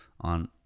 on